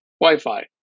Wi-Fi